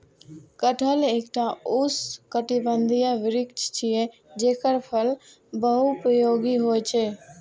कटहल एकटा उष्णकटिबंधीय वृक्ष छियै, जेकर फल बहुपयोगी होइ छै